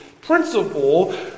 principle